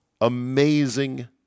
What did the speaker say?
Amazing